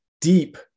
deep